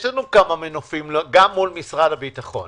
יש לנו כמה מנופים גם מול משרד הביטחון.